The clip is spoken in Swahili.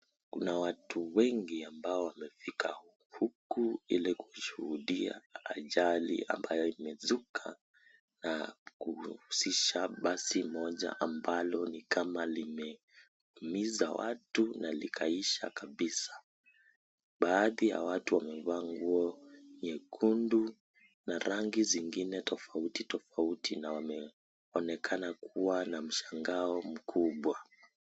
Kuna watu wengi ambao wamefika huku ili kushuhudia ajali ambayo imezuka na kuhusisha basi moja ambalo ni kama limeumiza watu na likaisha kabisa. Baadhi ya watu wamevaa nguo nyekundu na rangi zingine tofautitofauti na wanaonekana kuwa na mshangao mkubwa.